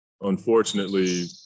unfortunately